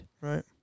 Right